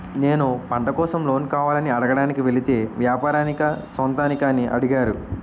నేను పంట కోసం లోన్ కావాలని అడగడానికి వెలితే వ్యాపారానికా సొంతానికా అని అడిగారు